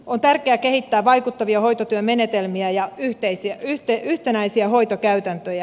on tärkeää kehittää vaikuttavia hoitotyön menetelmiä ja yhtenäisiä hoitokäytäntöjä